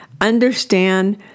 Understand